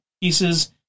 pieces